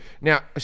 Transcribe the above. now